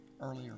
earlier